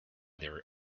their